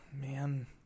man